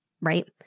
right